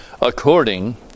according